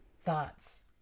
thoughts